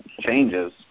changes